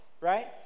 Right